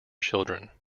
children